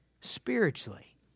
spiritually